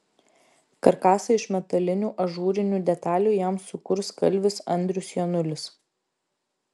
karkasą iš metalinių ažūrinių detalių jam sukurs kalvis andrius janulis